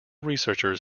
researchers